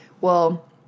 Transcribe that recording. Well-